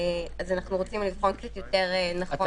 אנחנו רוצים לבחון קצת יותר איך להתוות את זה.